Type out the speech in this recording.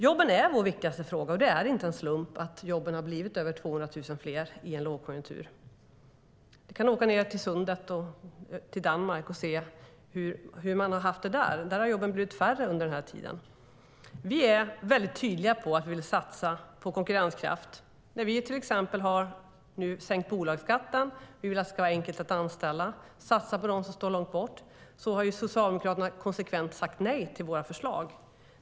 Jobben är vår viktigaste fråga, och det är inte en slump att jobben har blivit över 200 000 fler i en lågkonjunktur. Vi kan åka ned till Öresund, till Danmark, och se hur de har haft det där. Där har jobben blivit färre under den här tiden. Vi är väldigt tydliga med att vi vill satsa på konkurrenskraft. Vi har till exempel sänkt bolagsskatten. Vi vill att det ska vara enkelt att anställa och satsa på dem som står långt bort från arbetsmarknaden. Socialdemokraterna har konsekvent sagt nej till våra förslag.